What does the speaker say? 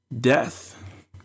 death